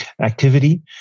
activity